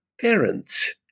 parents